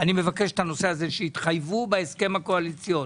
אני מבקש את הנושא הזה שהתחייבו בהסכם הקואליציוני.